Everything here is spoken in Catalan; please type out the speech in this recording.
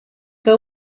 que